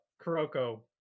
Kuroko